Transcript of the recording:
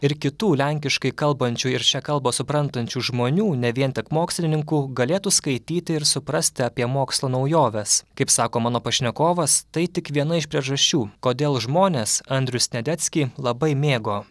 ir kitų lenkiškai kalbančių ir šią kalbą suprantančių žmonių ne vien tik mokslininkų galėtų skaityti ir suprasti apie mokslo naujoves kaip sako mano pašnekovas tai tik viena iš priežasčių kodėl žmonės andrių sniadeckį labai mėgo